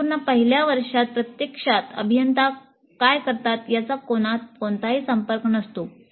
संपूर्ण पहिल्या वर्षात प्रत्यक्षात अभियंता काय करतात याचा कोणताही संपर्क नसतो